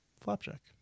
Flapjack